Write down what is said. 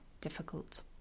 difficult